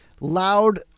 loud